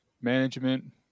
management